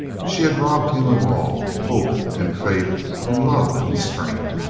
she had robbed him of all hope and faith and love and strength.